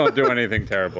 but do anything terrible